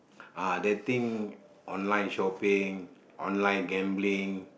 ah they think online shopping online gambling